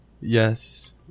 Yes